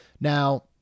Now